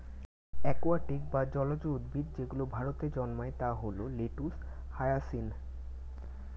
aquatic বা জলজ উদ্ভিদ যেগুলো ভারতে জন্মায় তা হল লেটুস, হায়াসিন্থ